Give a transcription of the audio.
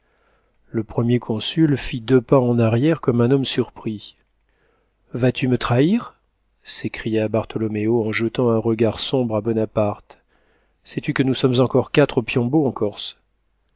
le premier consul fit deux pas en arrière comme un homme surpris vas-tu me trahir s'écria bartholoméo en jetant un regard sombre à bonaparte sais-tu que nous sommes encore quatre piombo en corse